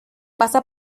pasa